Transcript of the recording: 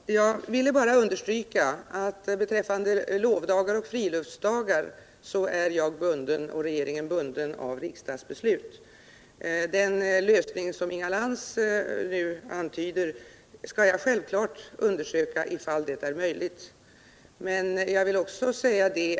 Herr talman! Jag vill bara understryka att beträffande lovdagar och friluftsdagar är jag och regeringen bundna av riksdagsbeslut. Jag skall självklart undersöka om den lösning som Inga Lantz nu antyder är möjlig.